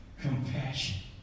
compassion